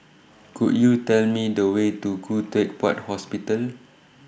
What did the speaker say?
Could YOU Tell Me The Way to Khoo Teck Puat Hospital